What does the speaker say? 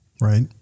Right